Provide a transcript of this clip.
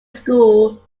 school